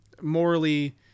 morally